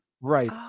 Right